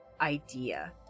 idea